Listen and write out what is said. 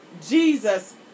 Jesus